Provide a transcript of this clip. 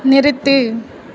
நிறுத்து